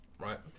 right